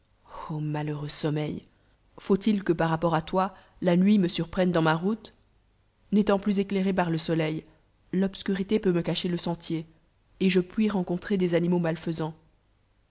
malheureux sommeil fiut il que par rapport à toi la pnit me surprenne dans la route n étant plus éclairé par le soleil l'obscurité pent me cacher le sentier et je fuis rencoriber des animaux mn